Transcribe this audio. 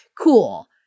cool